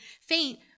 faint